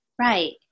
Right